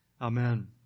Amen